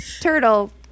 Turtle